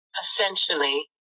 Essentially